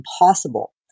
impossible